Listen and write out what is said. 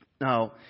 Now